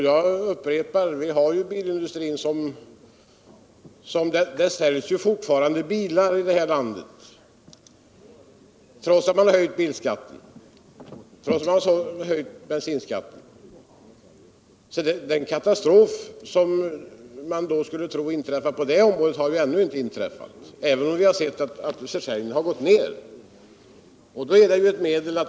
Jag upprepar att det säljs fortfarande bilar här i landet, trots att man har höjt bilskatten och trots att man har höjt bensinskatten. Den katastrof som i enlighet med Göthe Knutsons resonemang borde inträffa på det området har inte inträffat, även om vi har sett att försäljningen gått ner.